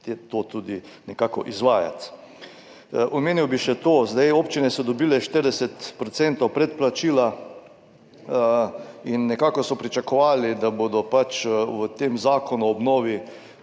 to tudi nekako izvajati. Omenil bi še to, občine so dobile 40 % predplačila in nekako so pričakovali, da bo pač v tem zakonu o obnovi